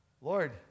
Lord